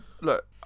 look